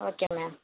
okay ma'am